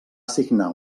signar